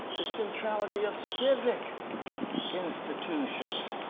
the centrality of civic institutions